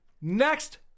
next